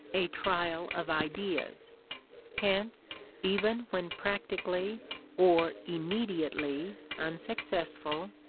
a trial of ideas hence even when practically or immediately unsuccessful,